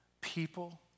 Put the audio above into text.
people